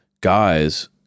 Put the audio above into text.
guys